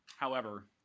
however,